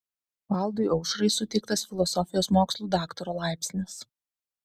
valdui aušrai suteiktas filosofijos mokslų daktaro laipsnis